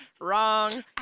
wrong